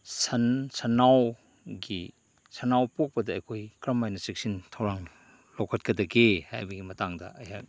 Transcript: ꯁꯟ ꯁꯟꯅꯥꯎꯒꯤ ꯁꯟꯅꯥꯎ ꯄꯣꯛꯄꯗ ꯑꯩꯈꯣꯏ ꯀꯔꯝ ꯍꯥꯏꯅ ꯆꯦꯛꯁꯤꯡ ꯊꯧꯔꯥꯡ ꯂꯧꯈꯠꯀꯗꯒꯦ ꯍꯥꯏꯕꯒꯤ ꯃꯇꯥꯡꯗ ꯑꯩꯍꯥꯛ